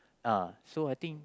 uh so I think